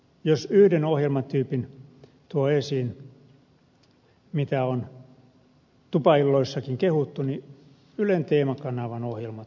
jos yhden ohjelmatyypin tuon esiin jota on tupailloissakin kehuttu niin ylen teema kanavan ohjelmat ovat hyviä